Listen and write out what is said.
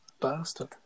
bastard